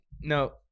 no